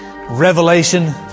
Revelation